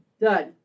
Done